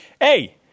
Hey